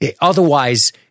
Otherwise